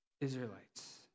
Israelites